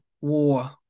war